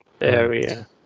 area